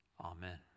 Amen